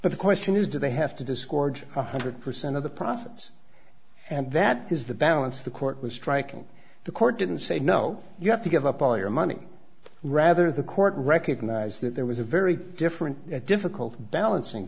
but the question is do they have to discard one hundred percent of the profits and that is the balance of the court was striking the court didn't say no you have to give up all your money rather the court recognized that there was a very different difficult balancing